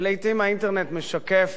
ולעתים, האינטרנט משקף